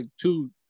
two